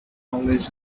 always